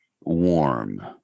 warm